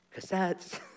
cassettes